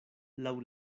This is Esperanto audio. laŭ